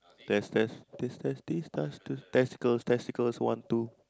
test test test test test test testicles testicles one two